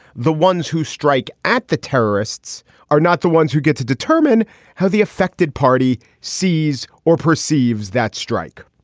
the ones who strike at the terrorists are not the ones who get to determine how the affected party sees or perceives that strike.